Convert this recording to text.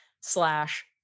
slash